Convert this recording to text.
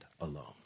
alone